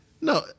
No